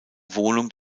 wohnung